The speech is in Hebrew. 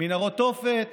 מנהרות תופת,